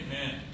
Amen